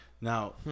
Now